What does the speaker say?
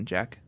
Jack